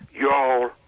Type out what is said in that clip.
Y'all